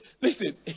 listen